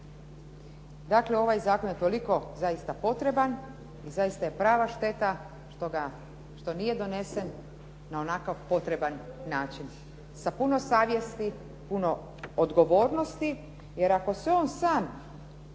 Dakle, ovaj zakon je toliko zaista potreban i zaista je prava šteta što nije donesen na onakav potreban način sa puno savjesti, puno odgovornosti. Jer ako sve on sam